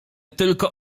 tylko